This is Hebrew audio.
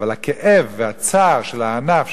אבל הכאב והצער של הענף,